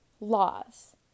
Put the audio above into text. laws